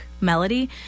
melody